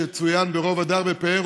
שצוין ברוב הדר ופאר,